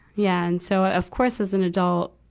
yeah. and so, of course, as an adult,